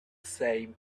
same